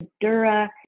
dura